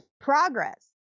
progress